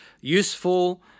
useful